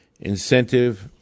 incentive